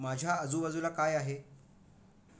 माझ्या आजूबाजूला काय आहे